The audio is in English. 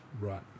Right